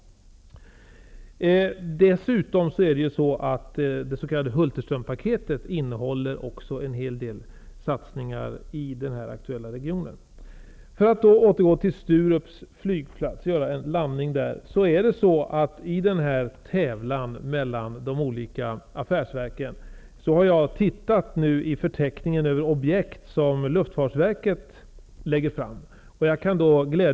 Dessutom innehåller det s.k. Hulterströmpaketet en hel del satsningar i den här aktuella regionen. För att återgå till Sturups flygplats -- och göra en landning där -- kan jag glädja Olle Schmidt med att Sturups flygplats har med något projekt i den här tävlan mellan de olika affärsverken.